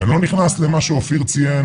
לא נכנס למה שהוא אפילו ציין,